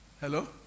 Hello